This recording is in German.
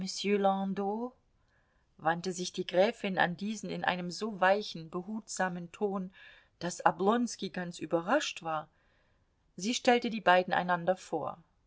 wandte sich die gräfin an diesen in einem so weichen behutsamen ton daß oblonski ganz überrascht war sie stellte die beiden einander vor